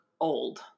old